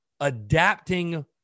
adapting